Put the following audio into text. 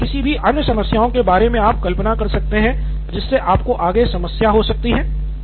तो अभी किसी भी अन्य समस्याओं के बारे मे आप कल्पना कर सकते हैं जिससे आपको आगे समस्या हो सकती है